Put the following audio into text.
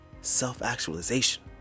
self-actualization